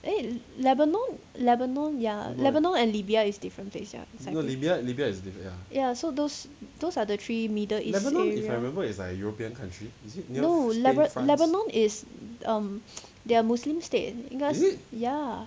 eh lebanon lebanon ya lebanon and libya is different place ya ya so those those are the three middle east area no leba~ lebanon is um they are muslim state because ya